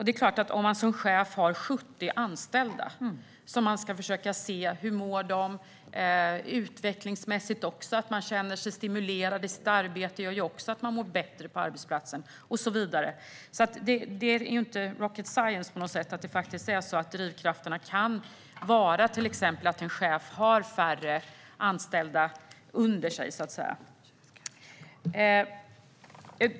En chef som har 70 anställda ska försöka se hur de mår och se till att de utvecklingsmässigt känner sig stimulerade i sitt arbete - det gör ju också att människor mår bättre på arbetsplatsen - och så vidare. Det är inte rocket science på något sätt att drivkraften faktiskt kan vara till exempel att en chef har färre anställda under sig.